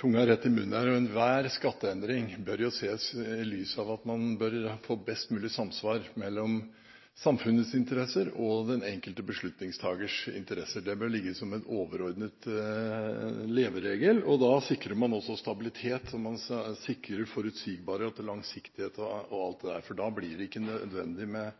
tungen rett i munnen, og enhver skatteendring bør ses i lys av at man bør få et best mulig samsvar mellom samfunnets interesser og den enkelte beslutningstakers interesser. Det bør ligge som en overordnet leveregel. Da sikrer man også stabilitet, forutsigbarhet, langsiktighet osv., for da blir det ikke nødvendig